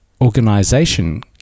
organization